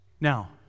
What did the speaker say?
Now